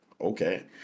okay